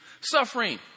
suffering